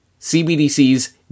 CBDCs